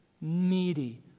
needy